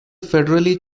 federally